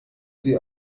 sie